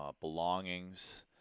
belongings